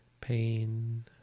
pain